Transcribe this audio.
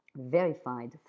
verified